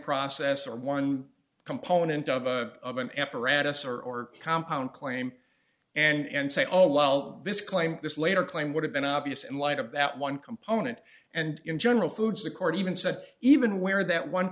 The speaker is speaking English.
process or one component of a of an emperor at us or compound claim and say oh well this claim this later claim would have been obvious in light of that one component and in general foods the court even said even where that one